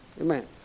Amen